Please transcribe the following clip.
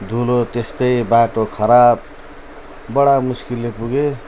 धुलो त्यस्तै बाटो खराब बडा मुस्किलले पुगेँ